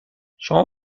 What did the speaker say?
شما